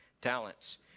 talents